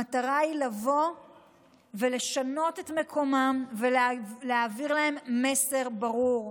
המטרה היא לבוא ולשנות את מקומם ולהעביר להם מסר ברור: